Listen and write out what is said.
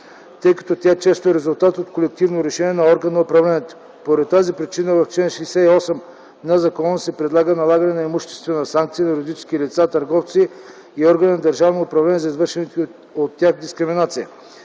тъй като тя често е резултат от колективно решение на орган на управление. Поради тази причина в чл. 78 на закона се предлага налагане на имуществена санкция на юридически лица, търговци и органи на държавното управление за извършена от тях дискриминация.